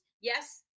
yes